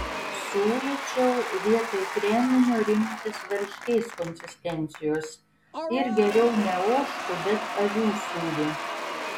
siūlyčiau vietoj kreminio rinktis varškės konsistencijos ir geriau ne ožkų bet avių sūrį